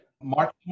March